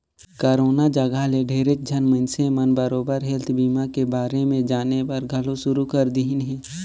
corona जघा ले ढेरेच झन मइनसे मन बरोबर हेल्थ बीमा के बारे मे जानेबर घलो शुरू कर देहिन हें